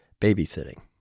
babysitting